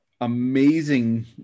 amazing